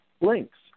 links